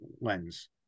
lens